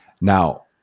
Now